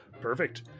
Perfect